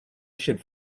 should